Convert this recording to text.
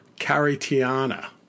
Caritiana